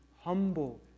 humble